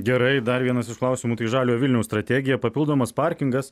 gerai dar vienas iš klausimų tai žalio vilniaus strategija papildomas parkingas